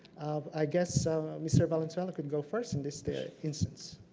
i guess mr. valenzuela can go first in this instance.